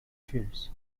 fields